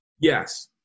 Yes